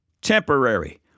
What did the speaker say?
Temporary